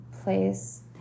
place